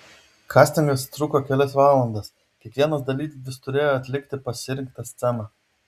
kastingas truko kelias valandas kiekvienas dalyvis turėjo atlikti pasirinktą sceną